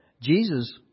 Jesus